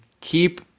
keep